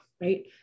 right